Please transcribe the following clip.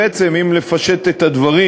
בעצם, אם לפשט את הדברים,